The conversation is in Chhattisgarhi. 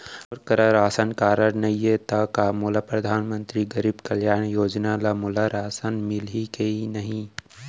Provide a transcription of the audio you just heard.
मोर करा राशन कारड नहीं है त का मोल परधानमंतरी गरीब कल्याण योजना ल मोला राशन मिलही कि नहीं?